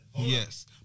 Yes